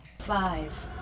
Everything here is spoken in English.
Five